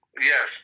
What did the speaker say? Yes